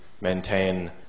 maintain